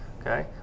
okay